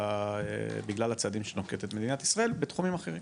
אלא בגלל הצעדים שנוקטת מדינת ישראל בתחומים אחרים.